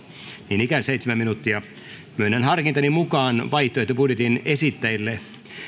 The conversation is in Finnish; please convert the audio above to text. enintään seitsemän minuuttia myönnän harkintani mukaan vaihtoehtobudjetin esitelleille